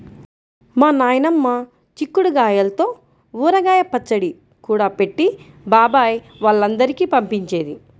మా నాయనమ్మ చిక్కుడు గాయల్తో ఊరగాయ పచ్చడి కూడా పెట్టి బాబాయ్ వాళ్ళందరికీ పంపించేది